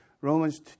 Romans